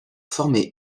former